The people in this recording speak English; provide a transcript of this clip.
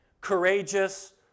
courageous